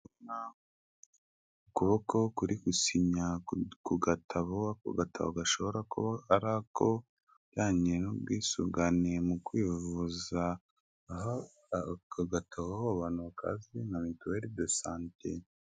Ndabona ukuboko kuri gusinya ku gatabo, ako gatabo gashobora kuba ari ako kajyanye n'ubwisunganeye mu kwivuza, aho ako gatabo abantu bakazi nka mituweri do sante.